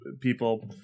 people